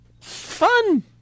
Fun